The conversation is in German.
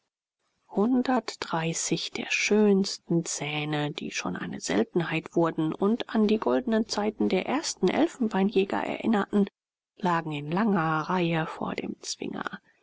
hundertdreißig der schönsten zähne die schon eine seltenheit wurden und an die goldenen zeiten der ersten elfenbeinjäger erinnerten lagen in langer reihe vor dem zwinger